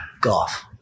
Golf